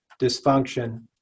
dysfunction